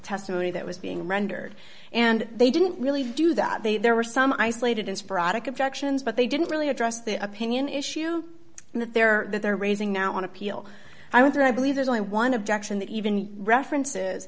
testimony that was being rendered and they didn't really do that there were some isolated and sporadic objections but they didn't really address the opinion issue there that they're raising now on appeal i wanted i believe there's only one objection that even references